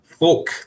folk